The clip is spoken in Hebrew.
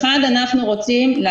אנחנו רוצים,